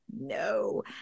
no